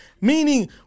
Meaning